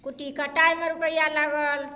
कुट्टी कटाइमे रुपैआ लागल